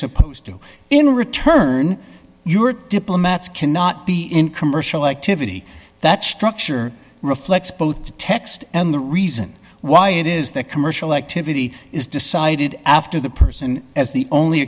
supposed to in return your diplomats cannot be in commercial activity that structure reflects both the text and the reason why it is that commercial activity is decided after the person as the only